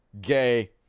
Gay